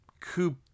Coop